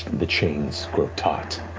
the chains grow taut,